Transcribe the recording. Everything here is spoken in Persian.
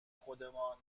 خودمان